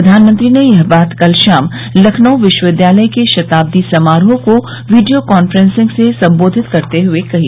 प्रधानमंत्री ने यह बात कल शाम लखनऊ विश्वविद्यालय के शताब्दी समारोह को वीडियो काफ्रेंसिंग से संबोधित करते हुए कही